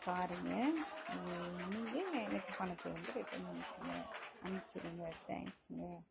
சாரிங்க இது நீங்கள் எனக்கு பணத்தை வந்து ரிட்டன் அனுப்புங்கள் அனுப்பிச்சு விடுங்க தேங்க்ஸ்ங்க